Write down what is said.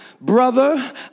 brother